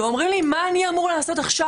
ואומרים לי: מה אני אמור לעשות עכשיו?